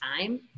time